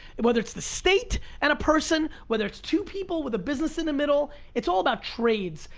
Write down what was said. and whether it's the state and a person, whether it's two people with a business in the middle, it's all about trades.